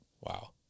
Wow